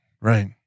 right